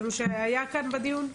זה מה שהיה כאן בדיון.